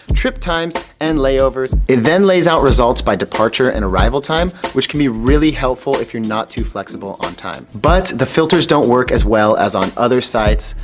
trip times, and layovers. it then lays out results by departure and arrival time, which can be really helpful if you're not too flexible on time. but, the filters don't work as well as on other sites,